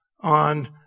on